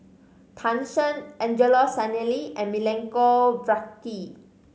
Tan Shen Angelo Sanelli and Milenko Prvacki